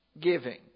giving